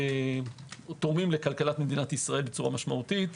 תורמים לכלכלת מדינת ישראל משמעותית.